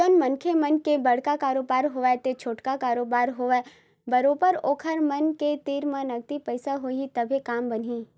जउन मनखे मन के बड़का कारोबार होवय ते छोटका कारोबार होवय बरोबर ओखर मन के तीर म नगदी पइसा होही तभे काम बनही